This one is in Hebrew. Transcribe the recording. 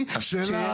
לפשט,